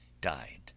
died